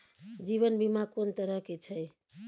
जीवन बीमा कोन तरह के छै?